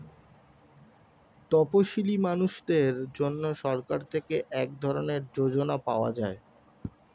তপসীলি মানুষদের জন্য সরকার থেকে এক ধরনের যোজনা পাওয়া যায়